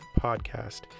Podcast